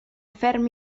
ferm